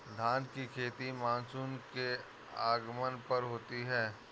धान की खेती मानसून के आगमन पर होती है